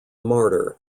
martyr